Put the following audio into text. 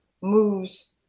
moves